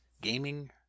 gaming